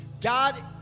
God